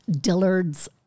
dillard's